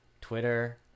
twitter